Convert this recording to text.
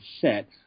set